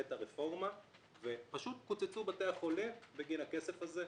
בעת הרפורמה ופשוט קוצצו בתי החלים בגין הכסף הזה.